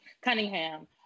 Cunningham